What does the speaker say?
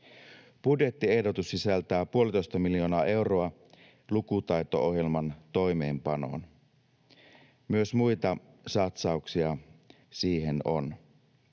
Budjettiehdotus sisältää puolitoista miljoonaa euroa lukutaito-ohjelman toimeenpanoon. Myös muita satsauksia siihen on.